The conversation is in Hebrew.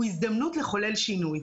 הוא הזדמנות לחולל שינוי.